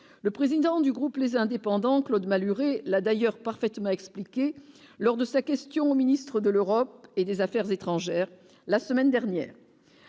le président du groupe, les indépendants, Claude Malhuret, là d'ailleurs parfaitement expliqué lors de sa question au ministre de l'Europe et des Affaires étrangères, la semaine dernière